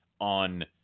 on